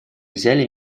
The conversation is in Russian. взяли